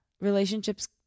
relationships